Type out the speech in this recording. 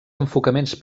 enfocaments